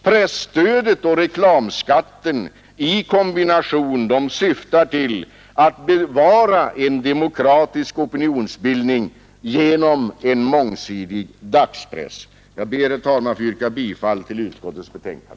Presstödet och 24 maj 1972 reklamskatten i kombination syftar till att bevara en demokratisk opinionsbildning genom en mångsidig dagspress. Herr talman! Jag ber att få yrka bifall till utskottets förslag.